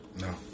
No